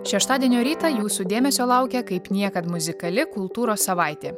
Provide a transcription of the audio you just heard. šeštadienio rytą jūsų dėmesio laukia kaip niekad muzikali kultūros savaitė